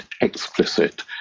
explicit